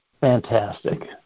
Fantastic